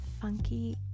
funky